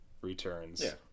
Returns